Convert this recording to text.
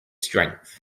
strength